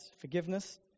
forgiveness